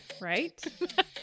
right